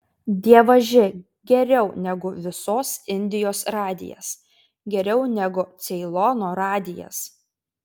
dievaži geriau negu visos indijos radijas geriau negu ceilono radijas